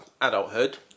adulthood